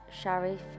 Sharif